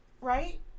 right